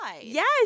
yes